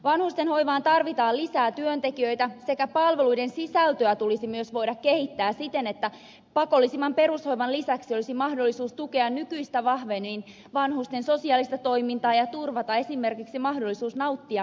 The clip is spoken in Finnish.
vanhustenhoivaan tarvitaan lisää työntekijöitä ja palveluiden sisältöä tulisi myös voida kehittää siten että pakollisen perushoivan lisäksi olisi mahdollisuus tukea nykyistä vahvemmin vanhusten sosiaalista toimintaa ja turvata esimerkiksi mahdollisuus nauttia ulkoilusta